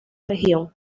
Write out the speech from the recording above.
región